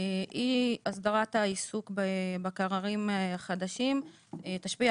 אי הסדרת העיסוק בקררים החדשים תשפיע